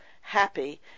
happy